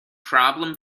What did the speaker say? problem